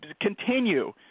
continue